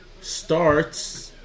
starts